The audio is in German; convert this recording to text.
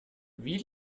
wie